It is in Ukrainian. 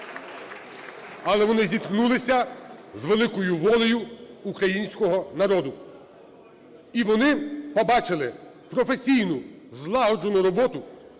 Але вони зіткнулися з великою волею українського народу. І вони побачили професійну, злагоджену роботу